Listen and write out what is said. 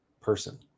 person